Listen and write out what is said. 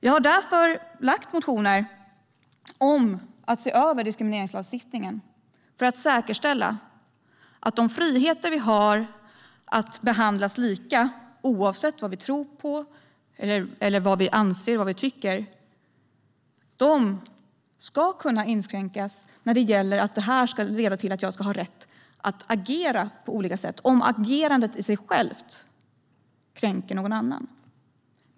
Jag har därför väckt motioner om att se över diskrimineringslagstiftningen för att säkerställa att de friheter vi har när det gäller att alla ska behandlas lika oavsett vad vi tror på eller tycker ska kunna inskränkas och att vi ska ha rätt att agera på olika sätt om ett agerande i sig kränker någon annan.